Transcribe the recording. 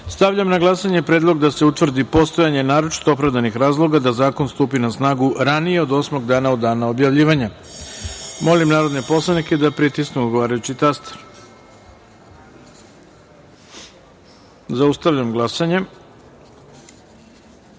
na glasanje predlog da se utvrdi postojanje naročito opravdanih razloga da zakon stupi na snagu ranije od osmog dana od dana objavljivanja. Molim narodne poslanike da pritisnu odgovarajući taster. Zaustavljam glasanje: